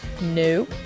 No